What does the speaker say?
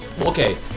Okay